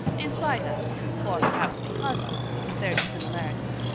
in spite of or perhaps because of their dissimilarity.